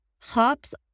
hops